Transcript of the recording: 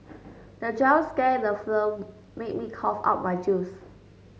the jump scare in the film made me cough out my juice